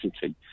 city